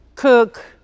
cook